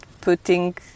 putting